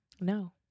No